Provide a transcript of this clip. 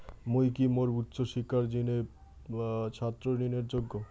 মুই কি মোর উচ্চ শিক্ষার জিনে ছাত্র ঋণের যোগ্য?